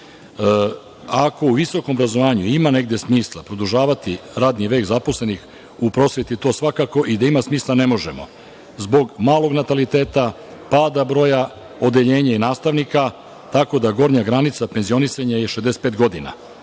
Ako u visokom obrazovanju ima negde smisla produžavati radni vek zaposlenih, u prosveti to svakako i da ima smisla ne možemo zbog malog nataliteta, pada broja odeljenja nastavnika, tako da gornja granica penzionisanja je 65 godina. Sada